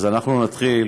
אז אנחנו נתחיל.